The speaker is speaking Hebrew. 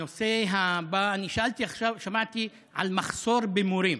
הנושא הבא: שמעתי על מחסור במורים.